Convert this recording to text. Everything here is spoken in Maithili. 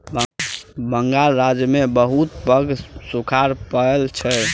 बंगाल राज्य में बहुत पैघ सूखाड़ पड़ल छल